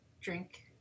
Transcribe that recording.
drink